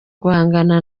guhangana